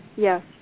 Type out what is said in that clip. Yes